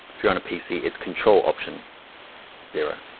if you're on a pc, it's control option zero.